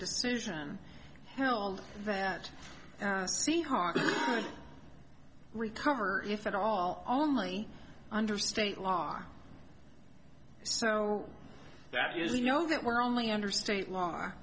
decision held that c hard to recover if at all only under state law so that you know that we're only under state law